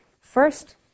First